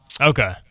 Okay